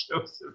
Joseph